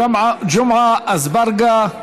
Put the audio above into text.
ג'מעה אזברגה,